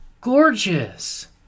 gorgeous